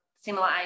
similar